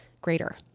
greater